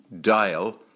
dial